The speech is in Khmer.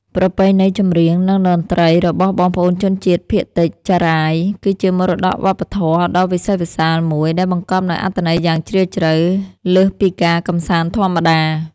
ប្រពៃណីចម្រៀង និងតន្ត្រីរបស់បងប្អូនជនជាតិភាគតិចចារាយ គឺជាមរតកវប្បធម៌ដ៏វិសេសវិសាលមួយ ដែលបង្កប់នូវអត្ថន័យយ៉ាងជ្រាលជ្រៅលើសពីការកម្សាន្តធម្មតា។